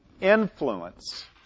influence